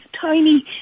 tiny